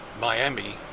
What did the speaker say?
Miami